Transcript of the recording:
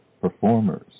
performers